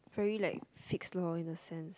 very like fix lor in a sense